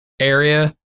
area